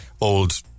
old